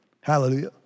hallelujah